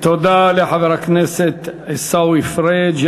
תודה לחבר הכנסת עיסאווי פריג'.